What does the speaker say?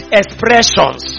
expressions